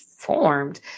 formed